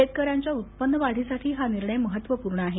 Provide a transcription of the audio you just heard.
शेतक यांच्या उत्पन्न वाढीसाठी हा निर्णय महत्वपूर्ण आहे